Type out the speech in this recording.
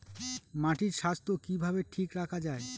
মাটির স্বাস্থ্য কিভাবে ঠিক রাখা যায়?